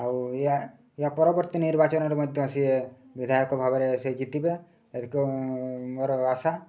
ଆଉ ୟା ୟା ପରବର୍ତ୍ତୀ ନିର୍ବାଚନରେ ମଧ୍ୟ ସିଏ ବିଧାୟକ ଭାବରେ ସେ ଜିତିବେ ମୋର ଆଶା